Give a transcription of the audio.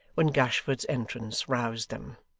when gashford's entrance roused them.